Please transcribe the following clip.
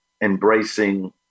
Embracing